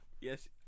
Yes